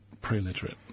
pre-literate